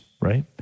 right